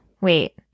wait